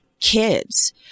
kids